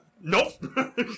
Nope